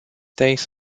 days